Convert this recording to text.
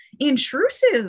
intrusive